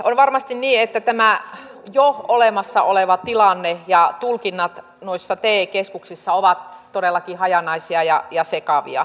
on varmasti niin että tämä jo olemassa oleva tilanne ja tulkinnat noissa te keskuksissa ovat todellakin hajanaisia ja sekavia